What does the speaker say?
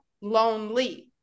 lonely